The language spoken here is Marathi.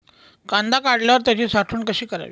कांदा काढल्यावर त्याची साठवण कशी करावी?